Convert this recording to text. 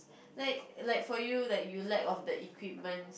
like like for you like you lack of the equipments